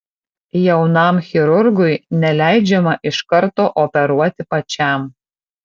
jaunam chirurgui neleidžiama iš karto operuoti pačiam